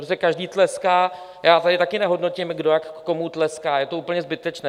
Prostě každý tleská já tady také nehodnotím, kdo jak komu tleská, je to úplně zbytečné.